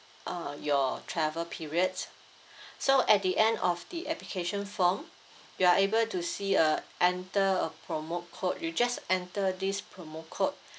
uh your travel periods so at the end of the application form you are able to see uh enter a promo code you just enter this promo code